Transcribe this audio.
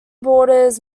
borders